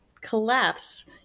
collapse